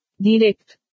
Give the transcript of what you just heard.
Direct